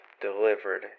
delivered